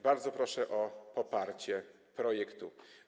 Bardzo proszę o poparcie projektu.